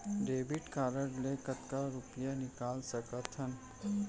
Debit card ले कतका रुपिया निकाल सकथन?